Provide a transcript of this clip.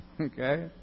Okay